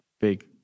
big